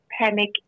panic